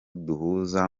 duhuza